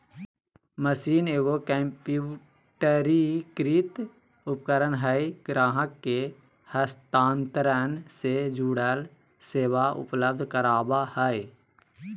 machine एगो कंप्यूटरीकृत उपकरण हइ ग्राहक के हस्तांतरण से जुड़ल सेवा उपलब्ध कराबा हइ